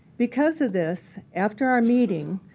because of this, after our meeting,